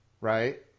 right